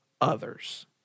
others